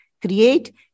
create